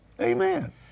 Amen